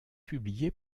publié